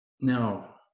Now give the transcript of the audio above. Now